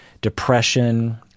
depression